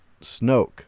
Snoke